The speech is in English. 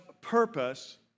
purpose